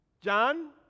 John